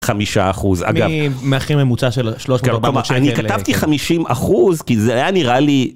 חמישה אחוז מהכי ממוצע של 300 אני כתבתי 50 אחוז כי זה היה נראה לי.